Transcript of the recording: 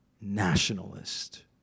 nationalist